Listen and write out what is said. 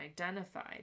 identified